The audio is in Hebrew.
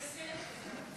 יש סרט כזה.